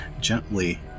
gently